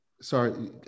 sorry